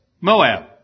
Moab